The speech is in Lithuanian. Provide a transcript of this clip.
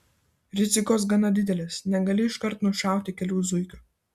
rizikos gana didelės negali iškart nušauti kelių zuikių